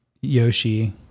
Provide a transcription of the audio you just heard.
Yoshi